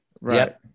Right